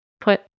put